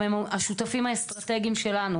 הם גם השותפים האסטרטגיים שלנו